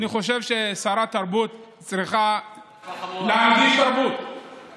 אדוני, אני חושב ששרת תרבות צריכה להביא תרבות.